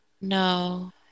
No